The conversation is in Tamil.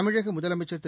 தமிழக முதலமைச்சர் திரு